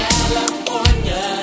California